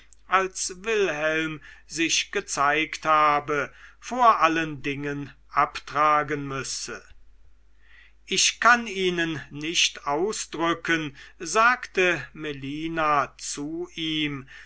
als wilhelm sich gezeigt habe vor allen dingen abtragen müsse ich kann ihnen nicht ausdrücken sagte melina zu ihm